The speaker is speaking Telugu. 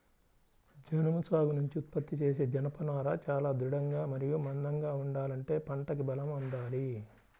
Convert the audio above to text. జనుము సాగు నుంచి ఉత్పత్తి చేసే జనపనార చాలా దృఢంగా మరియు మందంగా ఉండాలంటే పంటకి బలం అందాలి